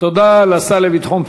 תודה רבה.